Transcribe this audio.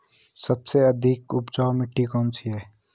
सबसे अधिक उपजाऊ मिट्टी कौन सी है?